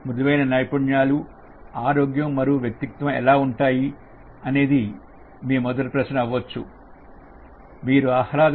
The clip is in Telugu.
మృదువైన నైపుణ్యాలు ఆరోగ్యం మరియు వ్యక్తిత్వం ఎలా ఉంటాయి అనేది మీ మొదటి ప్రశ్న అవ్వచ్చు